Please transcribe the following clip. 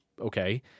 okay